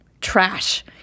trash